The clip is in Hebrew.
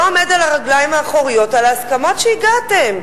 עומד על הרגליים האחוריות על ההסכמות שהגעתם.